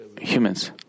humans